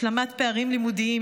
השלמת פערים לימודיים,